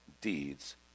deeds